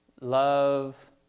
Love